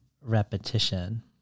repetition